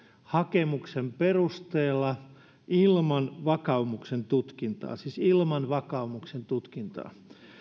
hakemuksen perusteella ilman vakaumuksen tutkintaa siis ilman vakaumuksen tutkintaa